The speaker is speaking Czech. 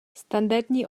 standardní